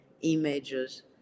images